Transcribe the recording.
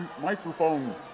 microphone